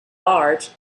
large